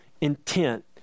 intent